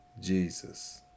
Jesus